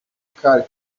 car